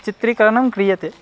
चित्रीकरणं क्रियते